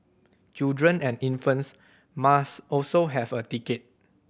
children and infants must also have a ticket